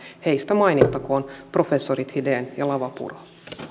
heistä mainittakoon professorit hiden ja lavapuro